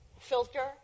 filter